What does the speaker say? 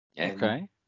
Okay